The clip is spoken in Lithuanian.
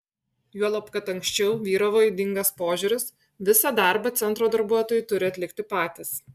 juolab kad anksčiau vyravo ydingas požiūris visą darbą centro darbuotojai turi atlikti patys